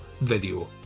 video